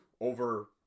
over